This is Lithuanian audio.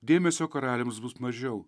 dėmesio karaliams bus mažiau